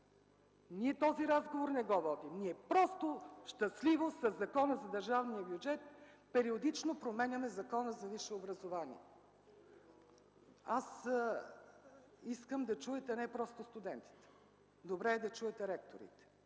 Ние този разговор не го водим. Просто щастливо със Закона за държавния бюджет периодично променяме Закона за висшето образование. Аз искам да чуете не просто студентите. Добре е да чуете ректорите.